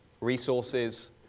resources